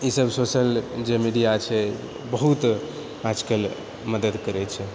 ई सब सोशल जे मीडिया छै बहुत आजकल मदद करैत छै